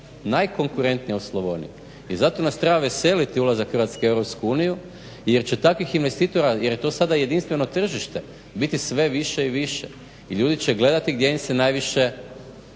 najkonkurentnija u Slavoniji. I zato nas treba veseliti ulazak Hrvatske u EU jer će takvih investitora jer je to sada jedinstveno tržište biti sve više i više i ljudi će gledati gdje im se najviše